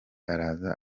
araza